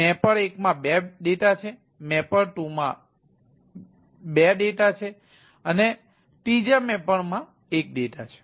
mapper 1 માં 2 data છે અને મેપર 2 માં 2 ડેટા મેપર 3 માં 1 ડેટા છે